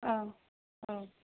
औ औ